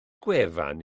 gwefan